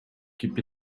keep